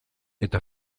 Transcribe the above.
eta